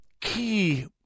key